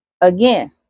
Again